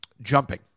jumping